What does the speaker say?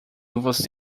você